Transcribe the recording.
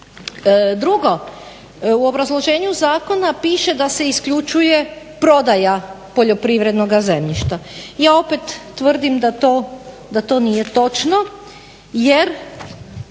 Drugo, u obrazloženju zakona piše da se isključuje prodaja poljoprivrednoga zemljišta. Ja opet tvrdim da to nije točno jer